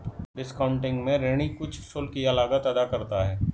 discounting में ऋणी कुछ शुल्क या लागत अदा करता है